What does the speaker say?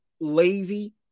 lazy